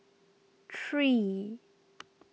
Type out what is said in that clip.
three